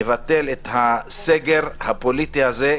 נבטל את הסגר הפוליטי הזה.